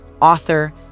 author